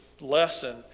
lesson